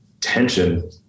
tension